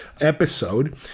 episode